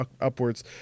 upwards